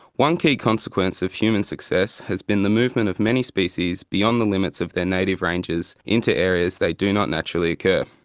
one key consequence of human success has been the movement of many species beyond the limits of their native ranges into areas they do not naturally occur.